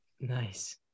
Nice